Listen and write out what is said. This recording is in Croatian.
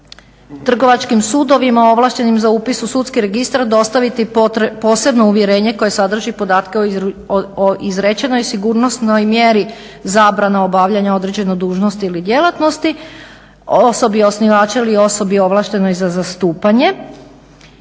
trgovačkim sudovima ovlaštenim za upis u sudski registar dostaviti posebno uvjerenje koje sadrži podatke o izrečenoj sigurnosnoj mjeri zabrana obavljanja određene dužnosti ili djelatnosti osobi osnivača ili osobi ovlaštenoj za zastupanje.